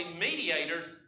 mediators